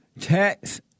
text